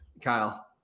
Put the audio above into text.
Kyle